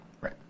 Right